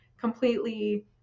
completely